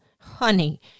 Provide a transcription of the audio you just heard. honey